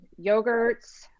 yogurts